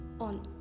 on